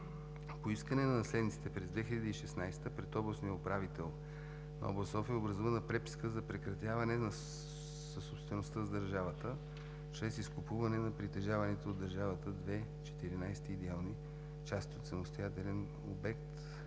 По искане на наследниците през 2016 г. пред областния управител на област София е образувана преписка за прекратяване на съсобствеността с държавата чрез изкупуване на притежаваните от държавата 2/14 идеални части от самостоятелен обект